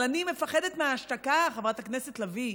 אבל אני מפחדת מהשתקה, חברת הכנסת לביא.